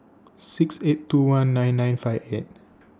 six eight two one nine nine five eight